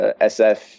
SF